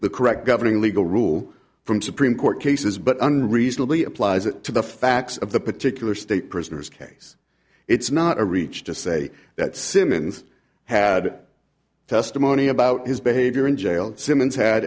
the correct governing legal rule from supreme court cases but unreasonably applies it to the facts of the particular state prisoners case it's not a reach to say that simmons had testimony about his behavior in jail simmons had